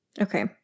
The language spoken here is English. Okay